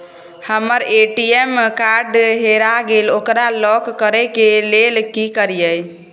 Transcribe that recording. हमर ATM card हेरा गेल ओकरा लॉक करै के लेल की करियै?